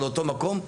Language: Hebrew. לאותו מקום,